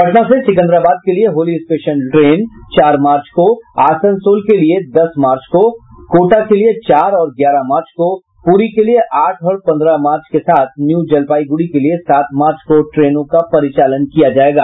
पटना से सिकंदराबाद के लिए होली स्पेशल ट्रेन चार मार्च को आसनसोल के लिए दस मार्च कोटा के लिए चार और ग्यारह मार्च पुरी के लिए आठ और पन्द्रह मार्च के साथ न्यू जलपाईगुड़ी के लिए सात मार्च को ट्रेनों का परिचालन किया जायेगा